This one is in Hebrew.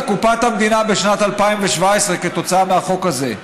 קופת המדינה בשנת 2017 כתוצאה מהחוק הזה?